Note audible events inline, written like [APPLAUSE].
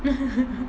[LAUGHS]